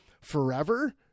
forever